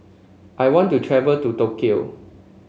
I want to travel to Tokyo